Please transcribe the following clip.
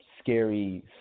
scary